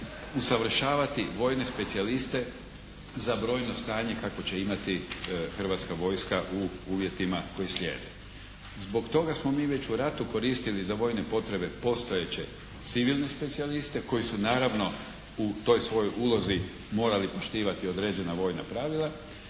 usavršavati vojne specijaliste za brojno stanje kakvo će imati Hrvatska vojska u uvjetima koji slijede. Zbog toga smo mi već u ratu koristili za vojne potrebe postojeće civilne specijaliste koji su naravno u toj svojoj ulozi morali poštivati određena vojna pravila